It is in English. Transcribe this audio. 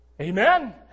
Amen